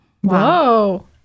Whoa